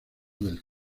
del